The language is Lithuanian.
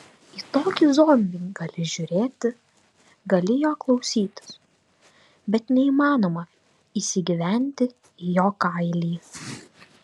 į tokį zombį gali žiūrėti gali jo klausytis bet neįmanoma įsigyventi į jo kailį